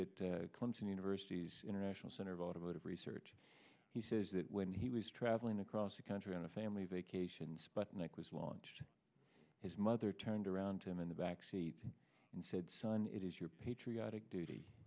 that clinton university's international center of automotive research he says that when he was travelling across the country on a family vacation sputnik was launched his mother turned around him in the backseat and said son it is your patriotic duty